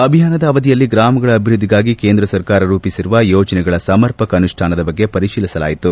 ಅಭಿಯಾನದ ಅವಧಿಯಲ್ಲಿ ಗ್ರಾಮಗಳ ಅಭಿವೃದ್ದಿಗಾಗಿ ಕೇಂದ್ರ ಸರ್ಕಾರ ರೂಪಿಸಿರುವ ಯೋಜನೆಗಳ ಸಮರ್ಪಕ ಅನುಷ್ಠಾನದ ಬಗ್ಗೆ ಪರಿತೀಲಿಸಲಾಯಿತು